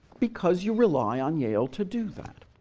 because you rely on yale to do that.